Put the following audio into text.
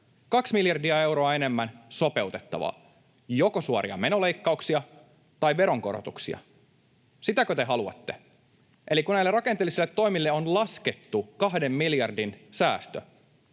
2 miljardia euroa enemmän sopeutettavaa, joko suoria menoleikkauksia tai veronkorotuksia. Sitäkö te haluatte? Eli kun näille rakenteellisille toimille on laskettu 2 miljardin säästö,